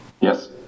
Yes